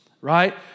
Right